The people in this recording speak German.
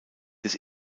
des